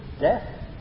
death